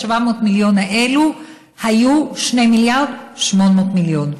700 המיליון האלה היו 2.8 מיליארד.